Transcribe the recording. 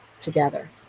together